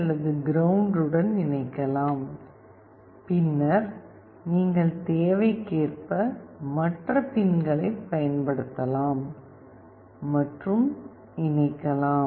அல்லது கிரவுண்ட் உடன் இணைக்கலாம் பின்னர் நீங்கள் தேவைக்கேற்ப மற்ற பின்களைப் பயன்படுத்தலாம் மற்றும் இணைக்கலாம்